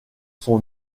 son